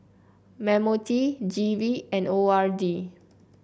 M O T G V and O R D